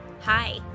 Hi